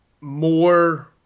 more